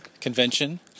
convention